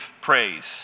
praise